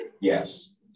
Yes